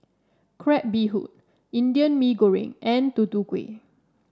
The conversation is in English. Crab Bee Hoon Indian Mee Goreng and Tutu Kueh